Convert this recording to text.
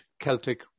Celtic